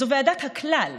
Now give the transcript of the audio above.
זו ועדת הכלל.